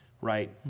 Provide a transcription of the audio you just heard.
right